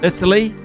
Italy